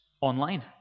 online